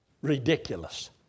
ridiculous